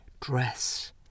dress